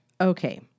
Okay